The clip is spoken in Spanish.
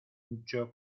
mucho